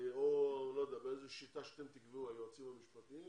באיזו שיטה שאתם היועצים המשפטיים